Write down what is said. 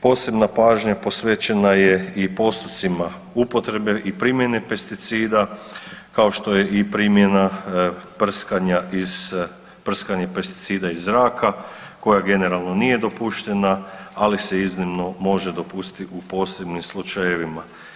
Posebna pažnja posvećena je i postupcima upotrebe i primjene pesticida kao što je i primjena prskanje pesticida iz zraka koja generalno nije dopuštena ali se iznimno može dopustiti u posebnim slučajevima.